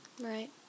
Right